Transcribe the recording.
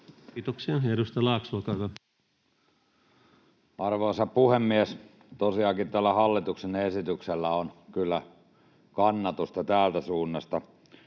Kiitoksia. — Ja edustaja Laakso, olkaa hyvä. Arvoisa puhemies! Tosiaankin tällä hallituksen esityksellä on kyllä kannatusta täältä suunnasta.